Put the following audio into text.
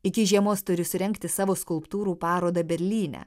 iki žiemos turi surengti savo skulptūrų parodą berlyne